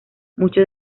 muchos